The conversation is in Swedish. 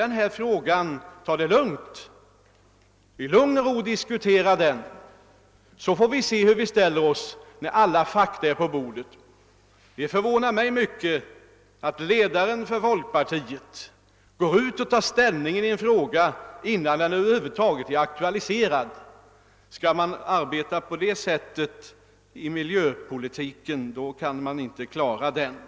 Kan vi då inte ta det lugnt och diskutera saken? Sedan kan vi ju se hur vi skall göra, när alla papper ligger på bordet. Det förvånar mig mycket att folkpartiets ledare tar ställning i en fråga innan den över huvud taget är aktualiserad. Om vi arbetar på det sättet i miljöpolitiken, så kan vi aldrig klara problemen.